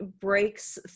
breaks